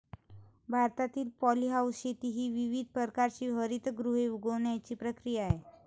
भारतातील पॉलीहाऊस शेती ही विविध प्रकारची हरितगृहे उगवण्याची प्रक्रिया आहे